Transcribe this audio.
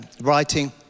writing